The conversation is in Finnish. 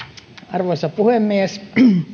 arvoisa puhemies